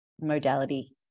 modality